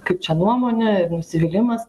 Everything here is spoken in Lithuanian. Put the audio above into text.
kaip čia nuomonė nusivylimas